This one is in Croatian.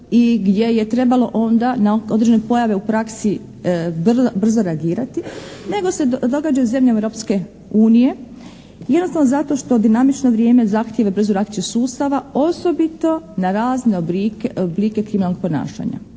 i gdje je trebalo onda na određene pojave u praksi brzo reagirati nego se događa u zemljama Europske unije jednostavno zato što dinamično vrijeme zahtijeva brzu reakciju sustava osobito na razne oblike kriminalnog ponašanja,